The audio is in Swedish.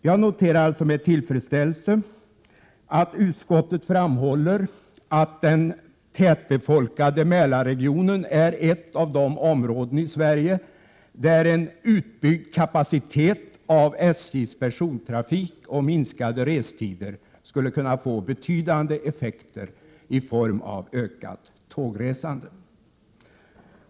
Jag noterar också med tillfredsställelse att utskottet framhåller att den tätbefolkade Mälarregionen är ett av de områden i Sverige där en utbyggd kapacitet av SJ:s persontrafik och minskade restider skulle kunna få betydande effekter i form av ökat tågresande.